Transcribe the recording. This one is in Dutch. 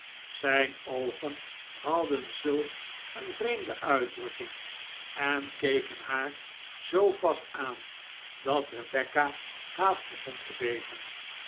zijn oogen hadden zulk een vreemde uitdrukking en keken haar zoo vast aan dat rebecca haast begon te beven